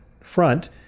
front